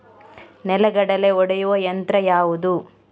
ನೆಲಗಡಲೆ ಒಡೆಯುವ ಯಂತ್ರ ಯಾವುದು?